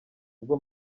ubwo